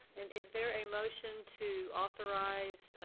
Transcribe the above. and is there a motion to authorize